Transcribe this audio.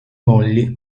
mogli